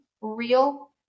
real